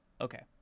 Okay